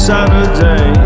Saturday